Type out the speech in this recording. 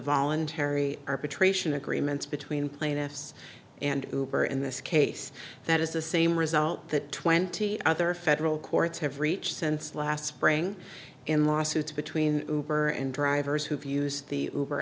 voluntary arbitration agreements between plaintiffs and guber in this case that is the same result that twenty other federal courts have reached since last spring in lawsuits between her and drivers who have used the over